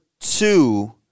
two